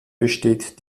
besteht